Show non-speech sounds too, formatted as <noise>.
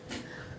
<breath>